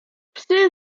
psy